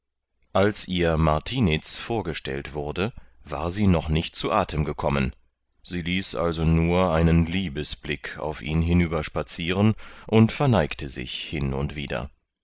als ihr martiniz vorgestellt wurde war sie noch nicht zu atem gekommen sie ließ also nur einen liebesblick auf ihn hinüberspazieren und verneigte sich hin und wieder